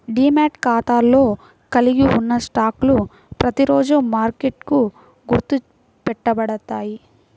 demat ఖాతాలో కలిగి ఉన్న స్టాక్లు ప్రతిరోజూ మార్కెట్కి గుర్తు పెట్టబడతాయి